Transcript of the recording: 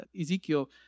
Ezekiel